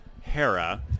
Hera